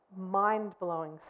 mind-blowing